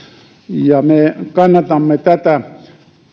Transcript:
me kannatamme tätä